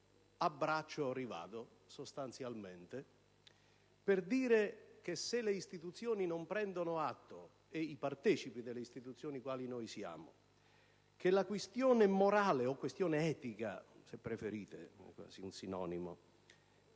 a braccio, sostanzialmente per dire che, se le istituzioni non prendono atto (e i partecipi delle istituzioni, quali noi siamo) che la questione morale (o questione etica, se preferite un sinonimo)